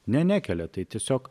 ne nekelia tai tiesiog